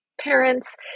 parents